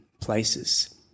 places